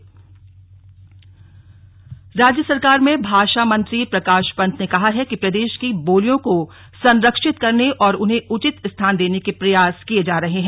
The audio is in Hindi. प्रकाश पंत राज्य सरकार में भाषा मंत्री प्रकाश पंत ने कहा है कि प्रदे की बोलियों को संरक्षित करने और उन्हें उचित स्थान देने के प्रयास किये जा रहे हैं